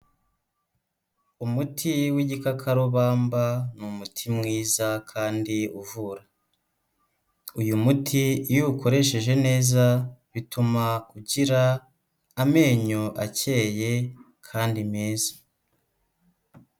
Umuti w'igikakarubamba ni umuti mwiza kandi uvura, uyu muti iyo uwukoresheje neza bituma ugira amenyo akeye kandi meza.